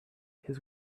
his